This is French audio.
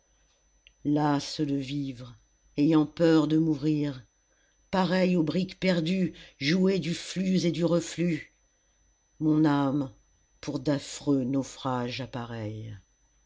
lasse de vivre ayant peur de mourir pareille au brick perdu jouet du flux et du reflux mon âme pour d'affreux naufrages appareille